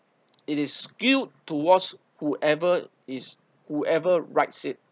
it is skewed towards whoever is whoever writes it